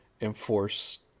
enforce